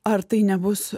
ar tai nebus